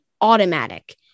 automatic